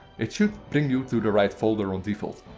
it should bring you to the right folder on default.